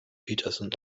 petersen